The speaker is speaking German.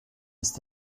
ist